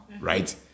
right